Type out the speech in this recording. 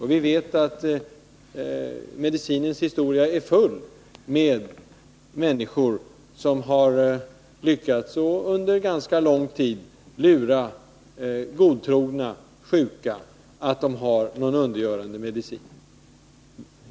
Och vi vet att medicinens historia är full av människor som har lyckats att under ganska lång tid lura godtrogna sjuka att de har en undergörande medicin.